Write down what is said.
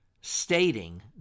stating